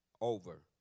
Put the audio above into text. over